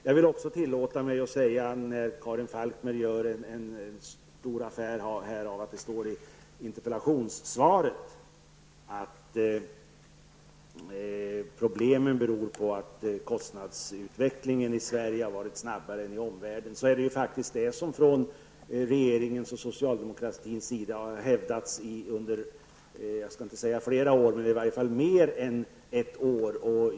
Jag vill också tillåta mig att säga att Karin Falkmer gör en stor affär av att det står i interpellationssvaret att problemen beror på att kostnadsutvecklingen i Sverige har varit snabbare än i omvärlden. Det är faktiskt det som har hävdats om inte i flera år så under mer än ett år från socialdemokratins och regeringens sida.